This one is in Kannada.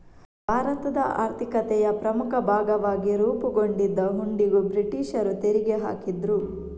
ಭಾರತದ ಆರ್ಥಿಕತೆಯ ಪ್ರಮುಖ ಭಾಗವಾಗಿ ರೂಪುಗೊಂಡಿದ್ದ ಹುಂಡಿಗೂ ಬ್ರಿಟೀಷರು ತೆರಿಗೆ ಹಾಕಿದ್ರು